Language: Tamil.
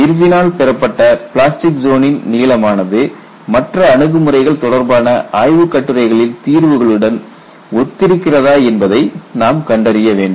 இர்வினால் பெறப்பட்ட பிளாஸ்டிக் ஜோனின் நீளமானது மற்ற அணுகுமுறைகள் தொடர்பான ஆய்வு கட்டுரைகளின் தீர்வுகளுடன் ஒத்திருக்கிறதா என்பதை நாம் கண்டறிய வேண்டும்